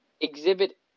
exhibit